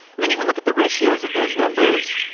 and then you can look at the ratios of those numbers,